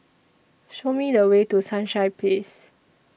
Show Me The Way to Sunshine Place